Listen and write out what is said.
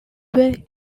way